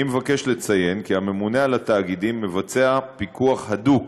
אני מבקש לציין כי הממונה על התאגידים מבצע פיקוח הדוק